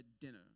dinner